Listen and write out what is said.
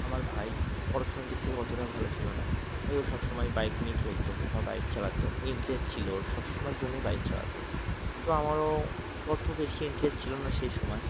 আমার ভাই পড়াশুনার দিক থেকে কতটা ভালো ছিল না তাই ও সব সময় বাইক নিয়ে চলতো বা বাইক চালাতো ইন্টারেস্ট ছিল ওর সব সময় জন্যে বাইক চালাতো তো আমারও তত বেশি ইন্টারেস্ট ছিল না সেই সময়